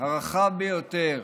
הרחב ביותר